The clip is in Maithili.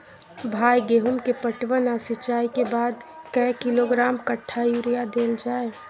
भाई गेहूं के पटवन आ सिंचाई के बाद कैए किलोग्राम कट्ठा यूरिया देल जाय?